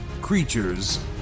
creatures